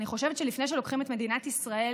ואני חושבת שלפני שלוקחים את מדינת ישראל